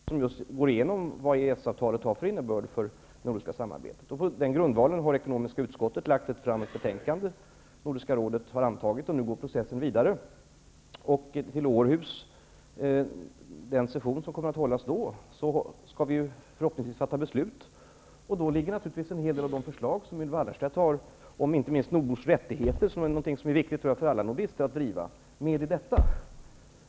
Herr talman! Ylva Annerstedt yrkar ju bifall till sin motion, vilket är som att slå in öppna dörrar. Utskottet framför i betänkandet att frågorna diskuterades vid Helsingforssessionen. Ministerrådet gjorde en genomgång av vad EES avtalet har för innebörd för nordiskt samarbete. På den grundvalen har ekonomiska utskottet lagt fram ett betänkande. Nordiska rådet har antagit betänkandet, och nu går processen vidare. Vid den session som skall hållas i Åhus skall vi förhoppningsvis fatta beslut. Då kommer en del förslag att behandlas som bl.a. gäller nordbors rättigheter -- som Ylva Annerstedt också har nämnt. Det är viktiga frågor för alla nordister att driva.